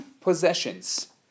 possessions